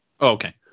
Okay